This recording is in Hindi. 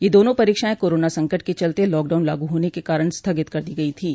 ये दोनों परीक्षाएं कोरोना संकट के चलते लॉकडाउन लागू होने के कारण स्थगित कर दी गई थीं